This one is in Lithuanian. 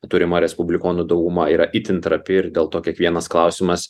turimo respublikonų dauguma yra itin trapi ir dėl to kiekvienas klausimas